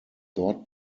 dort